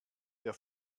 der